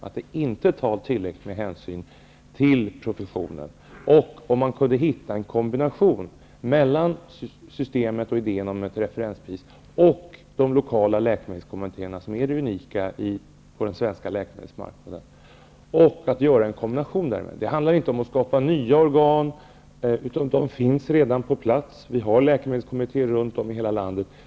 Det tar inte tillräcklig hänsyn till professionen. Det vore bra om man kunde hitta en kombination mellan idén om ett referensprissystem och de lokala läkemedelskommittéerna, som är det unika på den svenska läkemedelsmarknaden. Det handlar inte om att skapa nya organ. De finns redan på plats. Vi har läkemedelskommittéer i hela landet.